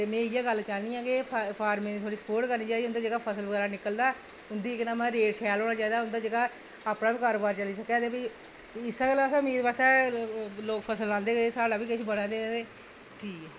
ते में इ'यै गल्ल चाह्न्नी कि एह् फॉर्मरें दी सुपोर्ट करनी चाहिदी ते उं'दा जेह्का फसल बगैरा निकलदा उं'दी मतलब रेट शैल होना चाहिदा ते उं'दा जेह्का अपना बी कारोबार चली सकै की ते इस्सै गल्ला असें उम्मीद बास्तै लोक फसल लांदे की साढ़ा बी किश बनै ते ठीक ऐ